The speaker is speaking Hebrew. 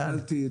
אני גדלתי,